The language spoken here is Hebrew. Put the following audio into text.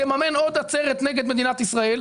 תממן עוד עצרת נגד מדינת ישראל,